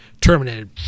terminated